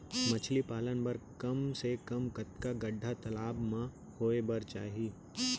मछली पालन बर कम से कम कतका गड्डा तालाब म होये बर चाही?